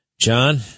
John